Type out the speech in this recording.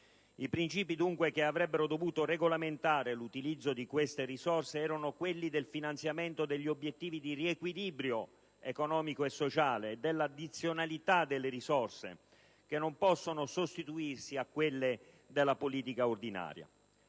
I principi che avrebbero dovuto regolamentare l'utilizzo di queste risorse, dunque, erano quelli del finanziamento degli obiettivi di riequilibrio economico e sociale e della addizionalità delle risorse, che non possono sostituirsi a quelle della politica ordinaria.